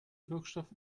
wirkstoff